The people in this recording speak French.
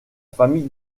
famille